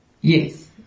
Yes